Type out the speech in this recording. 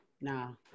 No